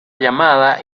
llamada